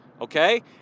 okay